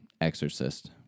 Exorcist